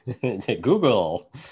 Google